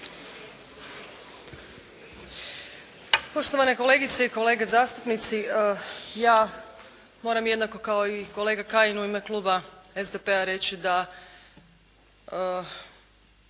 Poštovane kolegice i kolege zastupnici, ja moram jednako kao i kolega Kajin u ime Kluba SDP-a reći da